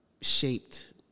shaped